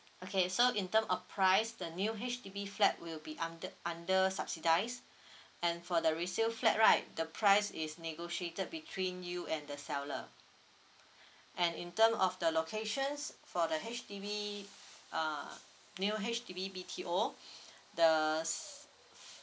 okay so in term of price the new H_D_B flat will be under under subsidised and for the resale flat right the price is negotiated between you and the seller and in term of the locations for the H_D_B uh new H_D_B B_T_O the